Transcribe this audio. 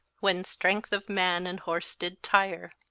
when strength of man and horse did tire.